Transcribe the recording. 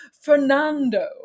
Fernando